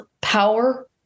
power